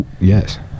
yes